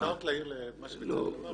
אפשר רק להעיר למה שבצלאל אמר?